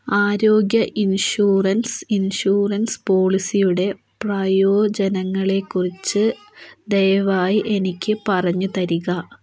ആരോഗ്യ insurance insurance പോളിസിയുടെ പ്രയോജനങ്ങളെക്കുറിച്ച് ദയവായി എനിക്ക് പറഞ്ഞുതരിക